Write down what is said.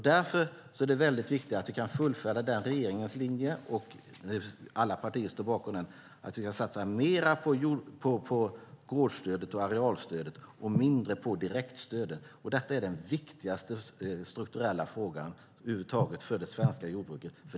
Därför är det mycket viktigt att vi kan fullfölja regeringens linje - alla partier står bakom den - att satsa mer på gårdsstödet och arealstödet och mindre på direktstödet. Detta är den viktigaste strukturella frågan för det svenska jordbruket.